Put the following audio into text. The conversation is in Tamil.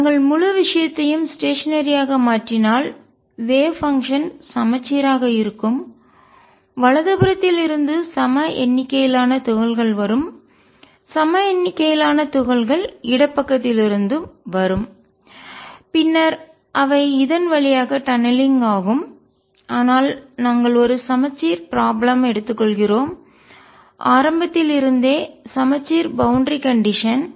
நாங்கள் முழு விஷயத்தையும் ஸ்டேஷனரி ஆக மாற்றினால் வேவ் பங்ஷன் அலை செயல்பாடு சமச்சீராக இருக்கும் வலதுபுறத்தில் இருந்து சம எண்ணிக்கையிலான துகள்கள் வரும் சம எண்ணிக்கையிலான துகள்கள் இடப்பக்கத்திலிருந்து வரும் பின்னர் அவை இதன் வழியாக டநலிங்க் ஆகும் துளைத்து செல்லும் ஆனால் நாங்கள் ஒரு சமச்சீர் பிராப்ளம் சிக்கலை எடுத்துக்கொள்கிறோம் ஆரம்பத்தில் இருந்தே சமச்சீர் பௌண்டரி கண்டிஷன்எல்லை நிலை